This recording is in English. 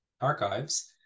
archives